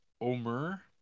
Omer